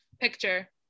Picture